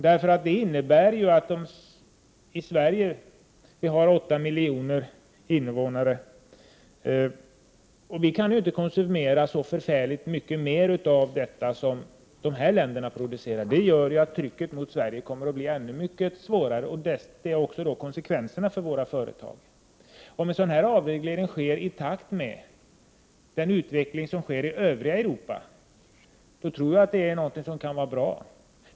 Sverige med sina åtta miljoner invånare kan ju inte konsumera så mycket mer av vad de ifrågavarande länderna producerar, vilket gör att trycket på Sverige kommer att bli mycket svårare, liksom också konsekvenserna för våra företag. Sker avregleringen i takt med avregleringen i det övriga Europa kan det vara bra.